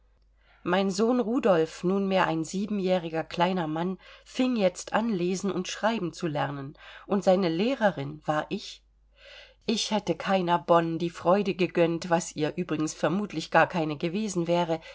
mein sohn rudolf nunmehr ein siebenjähriger kleiner mann fing jetzt an lesen und schreiben zu lernen und seine lehrerin war ich ich hätte keiner bonne die freude gegönnt was ihr übrigens vermutlich gar keine gewesen wäre